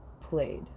played